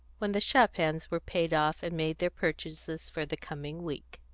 when the shop hands were paid off, and made their purchases for the coming week.